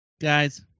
Guys